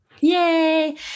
Yay